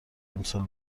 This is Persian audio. امسال